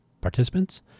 participants